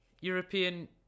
European